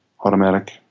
automatic